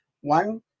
one